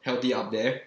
healthy up there